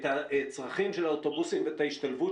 את הצרכים של האוטובוסים ואת ההשתלבות